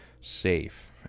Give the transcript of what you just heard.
safe